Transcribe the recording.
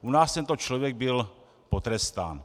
U nás tento člověk byl potrestán.